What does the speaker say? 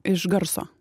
iš garso